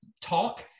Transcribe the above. talk